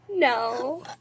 No